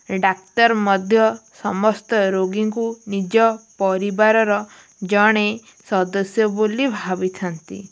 ଡାକ୍ତର ମଧ୍ୟ ସମସ୍ତ ରୋଗୀଙ୍କୁ ନିଜ ପରିବାରର ଜଣେ ସଦସ୍ୟ ବୋଲି ଭାବିଥାନ୍ତି